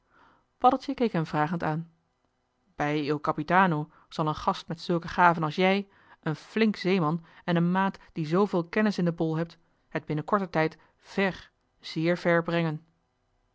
paddeltje keek hem vragend aan bij il capitano zal een gast met zulke gaven als jij een flink zeeman en een maat die zooveel kennis in den bol hebt het binnen korten tijd ver zeer ver brengen